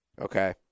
Okay